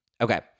Okay